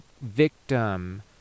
victim